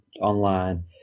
online